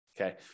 Okay